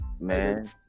man